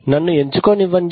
నన్ను ఎంచుకోనివ్వండి